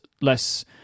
less